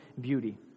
beauty